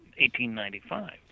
1895